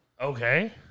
Okay